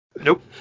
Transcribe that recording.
nope